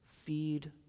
Feed